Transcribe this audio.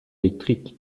électrique